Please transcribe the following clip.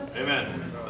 Amen